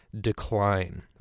decline